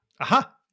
Aha